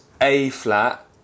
A-flat